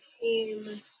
came